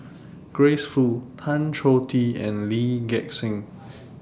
Grace Fu Tan Choh Tee and Lee Gek Seng